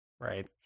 right